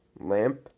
lamp